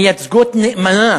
מייצגות נאמנה